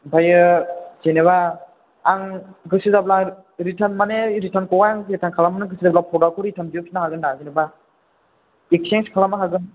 आमफायो जेन'बा आं गोसो जाब्ला रिटार्न माने रिटार्नखौहाय रिटार्न खालानो गोसो जाब्ला प्रडाक्टखौ रिटार्न बिहरफिननो हागोनदा जेनेबा एकचेन्स खालामनो हागोन